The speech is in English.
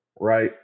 right